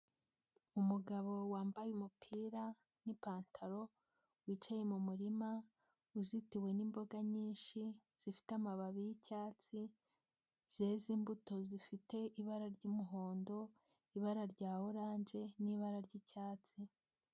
Umugabo wambaye umupira n'ipantaro, wicaye mu murima, uzitiwe n'imboga nyinshi, zifite amababi y'icyatsi, zeze imbuto zifite ibara ry'umuhondo, ibara rya oranje, n'ibara ry'icyatsi.